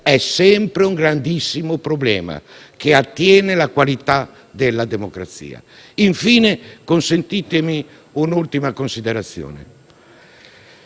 è sempre un grandissimo problema, che attiene alla qualità della democrazia. Infine, consentitemi un'ultima considerazione.